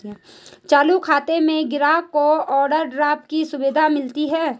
चालू खाता में ग्राहक को ओवरड्राफ्ट की सुविधा मिलती है